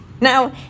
now